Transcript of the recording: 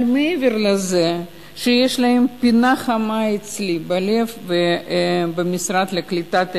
אבל מעבר לזה שיש להם פינה חמה אצלי בלב במשרד לקליטת עלייה,